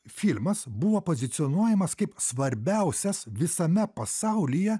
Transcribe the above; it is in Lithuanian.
filmas buvo pozicionuojamas kaip svarbiausias visame pasaulyje